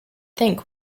think